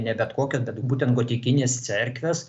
ne bet kokias bet būtent gotikines cerkves